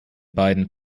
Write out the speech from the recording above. beiden